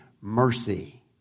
mercy